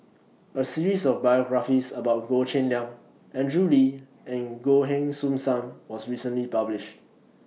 A series of biographies about Goh Cheng Liang Andrew Lee and Goh Heng Soon SAM was recently published